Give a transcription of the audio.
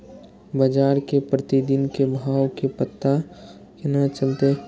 बजार के प्रतिदिन के भाव के पता केना चलते?